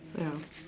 ya